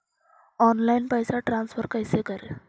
Online पैसा transfer कैसे करे?